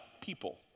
people